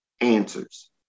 answers